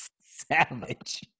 savage